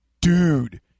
dude